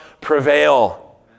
prevail